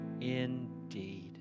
indeed